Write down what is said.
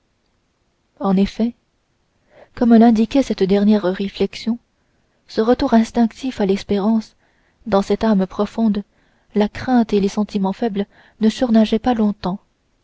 en effet comme l'indiquait cette dernière réflexion ce retour instinctif à l'espérance dans cette âme profonde la crainte et les sentiments faibles ne surnageaient pas longtemps